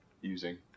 using